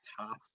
top